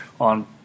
on